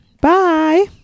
Bye